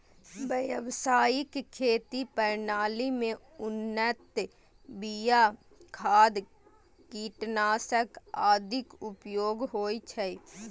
व्यावसायिक खेती प्रणाली मे उन्नत बिया, खाद, कीटनाशक आदिक उपयोग होइ छै